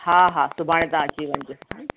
हा हा सुभाणे तव्हां अची वञिजो